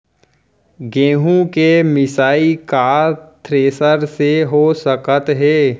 गेहूँ के मिसाई का थ्रेसर से हो सकत हे?